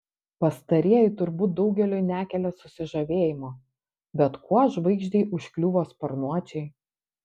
pastarieji turbūt daugeliui nekelia susižavėjimo bet kuo žvaigždei užkliuvo sparnuočiai